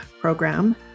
program